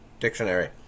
Dictionary